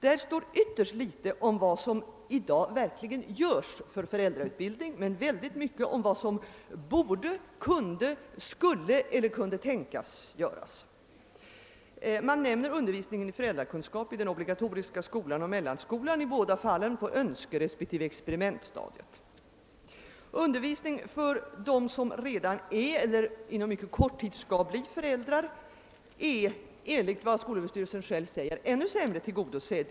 Där står ytterst litet om vad som i dag verkligen görs för föräldrautbildning men mycket om vad som borde, kunde, skulle eller kunde tänkas göras. Man nämner undervisning i föräldrakunskap i den obligatoriska skolan och mellanskolan, i båda fallen på önskerespektive experiment stadiet. Behovet av undervisning för dem som redan är eller inom mycket kort tid skall bli föräldrar är enligt skolöverstyrelsen ännu sämre tillgodosett.